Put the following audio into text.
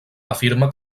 afirma